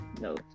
no